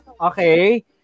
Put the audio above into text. okay